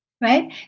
right